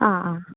ആ ആ